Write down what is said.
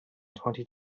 twenty